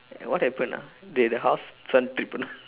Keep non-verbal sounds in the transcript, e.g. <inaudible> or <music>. and what happened ah did the house some tripped <laughs>